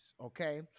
okay